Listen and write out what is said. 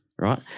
Right